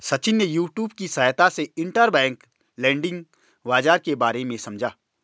सचिन ने यूट्यूब की सहायता से इंटरबैंक लैंडिंग बाजार के बारे में समझा